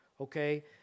okay